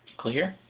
clear?